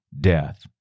death